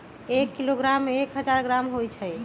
एक किलोग्राम में एक हजार ग्राम होई छई